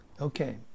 Okay